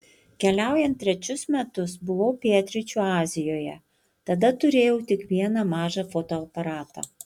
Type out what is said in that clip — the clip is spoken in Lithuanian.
keliaujant trečius metus buvau pietryčių azijoje tada turėjau tik vieną mažą fotoaparatą